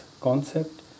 concept